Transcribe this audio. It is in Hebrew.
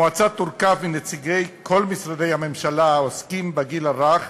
המועצה תורכב מנציגי כל משרדי הממשלה העוסקים בגיל הרך,